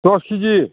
दस केजि